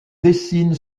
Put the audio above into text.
dessine